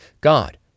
God